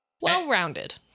Well-rounded